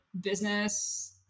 business